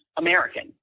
American